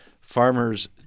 Farmers